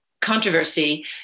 controversy